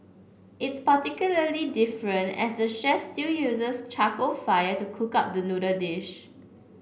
it's particularly different as the chef still uses charcoal fire to cook up the noodle dish